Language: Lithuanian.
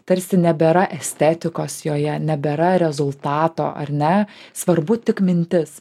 tarsi nebėra estetikos joje nebėra rezultato ar ne svarbu tik mintis